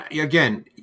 again